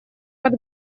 под